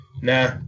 nah